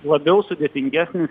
labiau sudėtingesnis